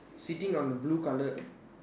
sitting on the blue colour